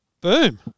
Boom